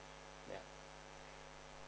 ya